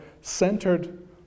centered